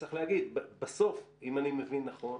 צריך להגיד, בסוף אם אני מבין נכון,